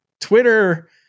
Twitter